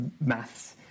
maths